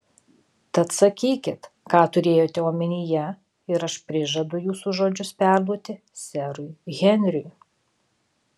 tad sakykit ką turėjote omenyje ir aš prižadu jūsų žodžius perduoti serui henriui